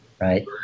right